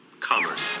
Commerce